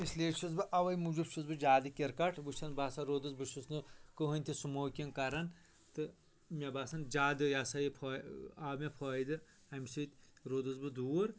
اس لیے چھُس بہٕ اوے موٗجوٗب چھُس بہٕ زیادٕ کِرکٹ وُچھان بہٕ ہسا رُودُس بہٕ چھُس نہٕ کِہینۍ تہِ سُموکِنگ کران تہٕ مےٚ باسان زیادٕ یہ ہسا یہِ فایدٕ آو مےٚ فایدٕ امہِ سۭتۍ رودُس بہٕ دوٗر